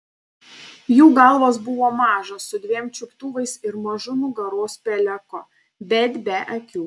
jų galvos buvo mažos su dviem čiuptuvais ir mažu nugaros peleku bet be akių